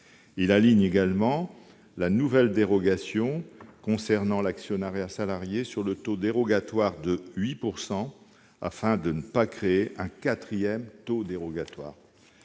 à aligner la nouvelle dérogation concernant l'actionnariat salarié sur le taux dérogatoire de 8 %, afin de ne pas créer un quatrième taux dérogatoire.